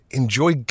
enjoy